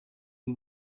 bwe